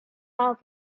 have